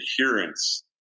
adherence